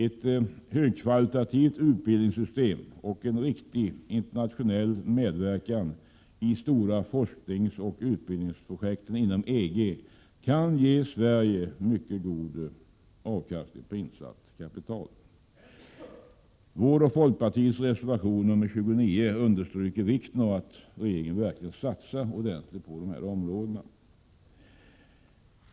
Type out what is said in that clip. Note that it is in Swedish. Ett högkvalitativt utbildningssystem och en riktig internationell medverkan i de stora forskningsoch utbildningsprojekten inom EG kan ge Sverige mycket god avkastning på insatt kapital. Vår och folkpartiets reservation 29 understryker vikten av att regeringen verkligen satsar ordentligt på dessa områden.